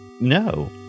No